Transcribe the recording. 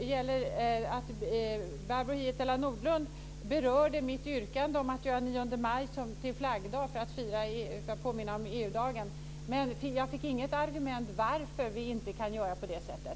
gäller det faktum att Barbro Hietala Nordlund berörde mitt yrkande om att göra den 9 maj till flaggdag för att påminna om EU-dagen. Men jag fick inget argument för varför vi inte kan göra på det sättet.